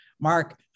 Mark